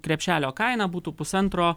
krepšelio kaina būtų pusantro